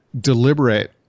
deliberate